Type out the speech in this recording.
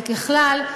כי ככלל,